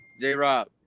J-Rob